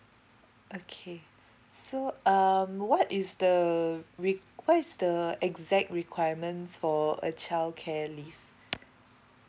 okay so um what is the req~ what is the exact requirements for a childcare leave